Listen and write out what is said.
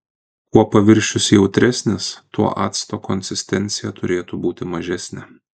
kuo paviršius jautresnis tuo acto konsistencija turėtų būti mažesnė